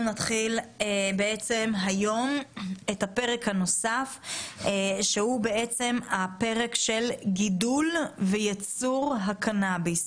נתחיל היום את הפרק הנוסף שהוא הפרק של גידול וייצור הקנאביס.